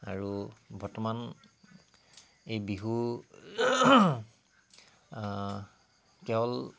আৰু বৰ্তমান এই বিহু কেৱল